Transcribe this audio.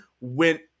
went